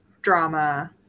drama